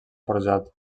forjat